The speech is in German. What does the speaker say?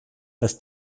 dass